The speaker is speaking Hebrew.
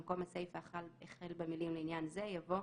במקום הסיפה החל במילים "לעניין זה" יבוא